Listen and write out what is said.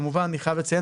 כמובן אני חייב לציין,